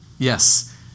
Yes